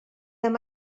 amb